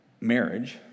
marriage